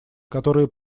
которые